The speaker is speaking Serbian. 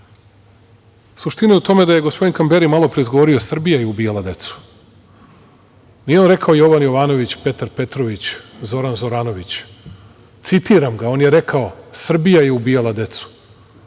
je u tome da je gospodin Kamberi malopre – Srbija je ubijala decu. Nije on rekao – Jovan Jovanović, Petar Petrović, Zoran Zoranović, citiram ga, on je rekao „ Srbija je ubijala decu“.